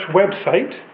website